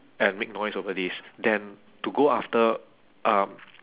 and make noise over this than to go after um